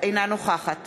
אינה נוכחת